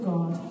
God